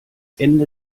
ende